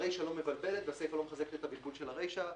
הרישא לא מבלבלת והסיפא לא מחזקת את הבלבול של הרישא.